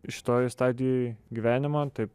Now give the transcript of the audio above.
šitoj stadijoj gyvenimo taip